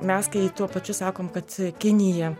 mes kai tuo pačiu sakom kad kinija